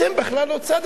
אתם בכלל לא צד,